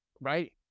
Right